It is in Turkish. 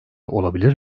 olabilir